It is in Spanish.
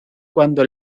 cuando